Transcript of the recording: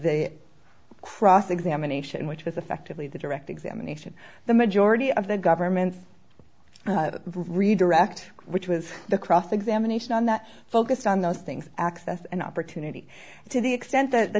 the cross examination which was effectively the direct examination the majority of the government's redirect which was the cross examination on that focused on those things access an opportunity to the extent that the